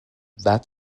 that